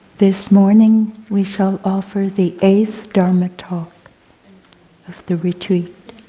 this morning we shall offer the eighth dharma talk of the retreat.